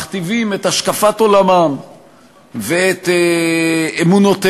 מכתיבים את השקפת עולמם ואת אמונותיהם